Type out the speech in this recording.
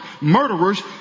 Murderers